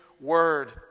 word